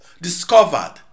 discovered